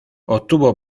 obtuvo